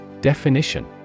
Definition